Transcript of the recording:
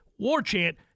WARCHANT